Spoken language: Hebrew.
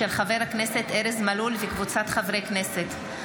של חבר הכנסת ארז מלול וקבוצת חברי כנסת,